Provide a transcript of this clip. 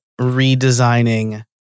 redesigning